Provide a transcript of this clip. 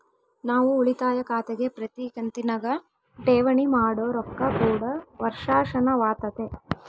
ನಾವು ಉಳಿತಾಯ ಖಾತೆಗೆ ಪ್ರತಿ ಕಂತಿನಗ ಠೇವಣಿ ಮಾಡೊ ರೊಕ್ಕ ಕೂಡ ವರ್ಷಾಶನವಾತತೆ